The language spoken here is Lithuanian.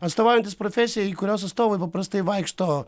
atstovaujantis profesijai į kurios atstovai paprastai vaikšto